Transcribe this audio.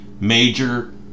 major